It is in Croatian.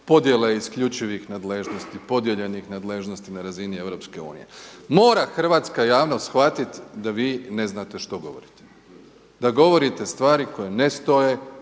podjela isključivih nadležnosti, podijeljenih nadležnosti na razini EU. Mora hrvatska javnost shvatiti da vi ne znate što govorite, da govorite stvari koje ne stoje,